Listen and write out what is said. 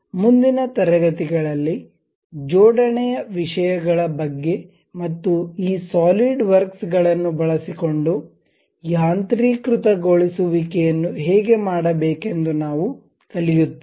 ಮುಂದಿನ ತರಗತಿಗಳಲ್ಲಿಜೋಡಣೆ ವಿಷಯಗಳ ಬಗ್ಗೆ ಮತ್ತು ಈ ಸಾಲಿಡ್ ವರ್ಕ್ಸ್ ಗಳನ್ನು ಬಳಸಿಕೊಂಡು ಯಾಂತ್ರೀಕೃತಗೊಳಿಸುವಿಕೆಯನ್ನು ಹೇಗೆ ಮಾಡಬೇಕೆಂದು ನಾವು ಕಲಿಯುತ್ತೇವೆ